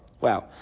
Wow